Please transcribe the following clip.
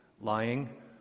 lying